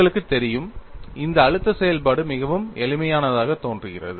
உங்களுக்கு தெரியும் இந்த அழுத்த செயல்பாடு மிகவும் எளிமையானதாக தோன்றுகிறது